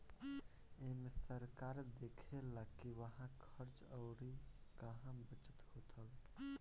एमे सरकार देखऽला कि कहां खर्च अउर कहा बचत होत हअ